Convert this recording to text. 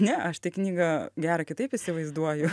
ne aš tai knygą gerą kitaip įsivaizduoju